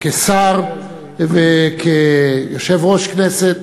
כשר וכיושב-ראש הכנסת,